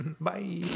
Bye